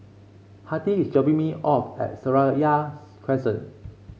Hattie is dropping me off at Seraya Crescent